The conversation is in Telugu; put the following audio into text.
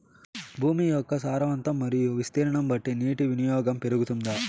భూమి యొక్క సారవంతం మరియు విస్తీర్ణం బట్టి నీటి వినియోగం పెరుగుతుందా?